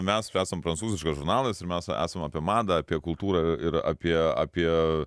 mes esam prancūziškas žurnalas ir mes esam apie madą apie kultūrą ir apie apie